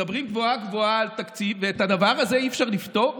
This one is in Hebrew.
מדברים גבוהה-גבוהה על תקציב ואת הדבר הזה אי-אפשר לפתור?